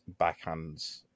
backhands